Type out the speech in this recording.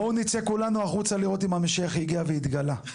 בואו נצא כולנו החוצה לראות אם המשיח הגיע והתגלה.